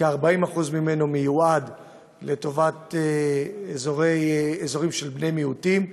כ-40% ממנו מיועדים לאזורים של בני מיעוטים,